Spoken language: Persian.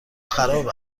خراب